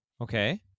Okay